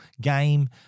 game